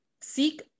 seek